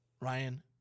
Ryan